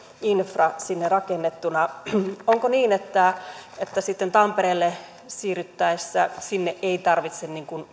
infra sinne rakennettuna onko niin että sitten tampereelle siirryttäessä sinne ei tarvitse